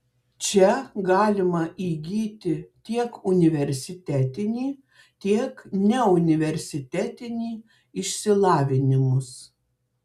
čia galima įgyti tiek universitetinį tiek neuniversitetinį išsilavinimus